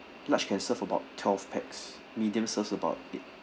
large can serve about twelve pax medium serve about eight